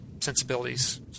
sensibilities